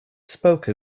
spoke